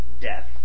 death